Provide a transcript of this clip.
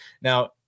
Now